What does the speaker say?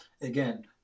Again